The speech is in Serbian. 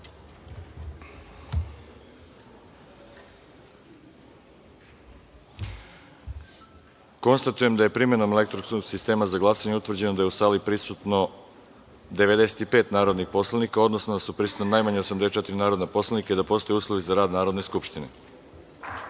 glasanje. Konstatujem da je, primenom elektronskog sistema za glasanje, utvrđeno da su u sali prisutna 95 narodna poslanika, odnosno da su prisutna najmanje 84 narodna poslanika i da postoje uslovi za rad Narodne